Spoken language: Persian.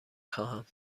خواهم